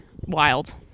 wild